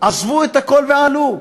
עזבו את הכול ועלו.